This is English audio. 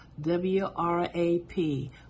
W-R-A-P